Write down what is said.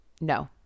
no